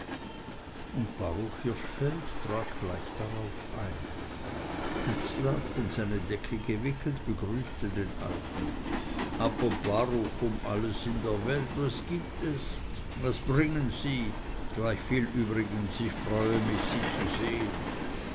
und baruch hirschfeld trat gleich darauf ein dubslav in seine decke gewickelt begrüßte den alten aber baruch um alles in der welt was gibt es was bringen sie gleichviel übrigens ich freue mich sie zu sehn